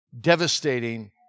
devastating